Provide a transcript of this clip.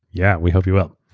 yeah, we hope you will.